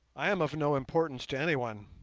i am of no importance to any one